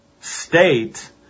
state